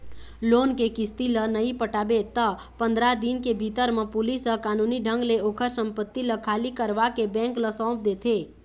loan के किस्ती ल नइ पटाबे त पंदरा दिन के भीतर म पुलिस ह कानूनी ढंग ले ओखर संपत्ति ल खाली करवाके बेंक ल सौंप देथे